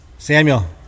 Samuel